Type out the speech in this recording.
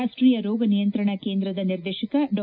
ರಾಷ್ಟೀಯ ರೋಗ ನಿಯಂತ್ರಣ ಕೇಂದ್ರದ ನಿರ್ದೇಶಕ ಡಾ